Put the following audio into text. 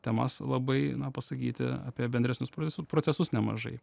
temas labai na pasakyti apie bendresnius proce procesus nemažai